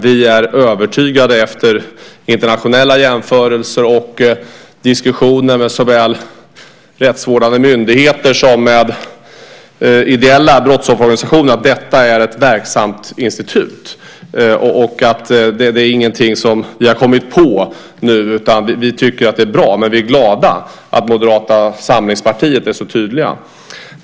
Vi är övertygade, efter internationella jämförelser och diskussioner med såväl rättsvårdande myndigheter som ideella brottsofferorganisationer, om att detta är ett verksamt institut. Det är ingenting som vi har kommit på nu, utan vi tycker att det är bra. Men vi är glada åt att Moderata samlingspartiet är så tydligt.